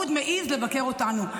והוא עוד מעז לבקר אותנו.